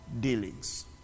dealings